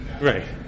Right